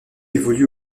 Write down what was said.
évolue